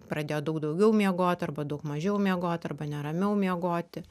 pradėjo daug daugiau miegot arba daug mažiau miegot arba neramiau miegoti